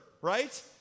right